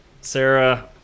Sarah